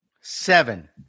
Seven